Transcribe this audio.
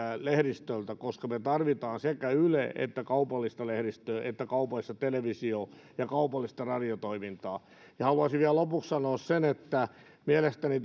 lehdistöltä koska me tarvitsemme sekä yleä että kaupallista lehdistöä kaupallista televisiota kaupallista radiotoimintaa haluaisin vielä lopuksi sanoa sen että mielestäni